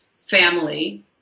family